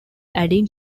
adding